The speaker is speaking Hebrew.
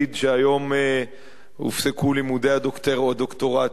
והיום הופסקו לימודי הדוקטורט שלו,